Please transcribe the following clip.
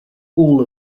all